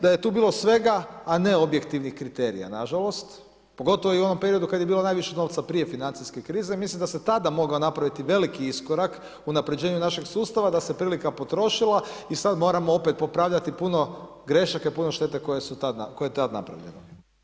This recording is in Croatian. Da je tu bilo svega a ne objektivnih kriterija, nažalost, pogotovo i u onom periodu kada je bilo najviše novca, prije financijske krize, mislim da se tada mogao napraviti veliki iskorak u unaprijeđenu našeg sustava, da se prilika potrošila i sada moramo opet popravljati puno grešaka i puno štete koje su tada, koje je tada napravljeno.